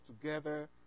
together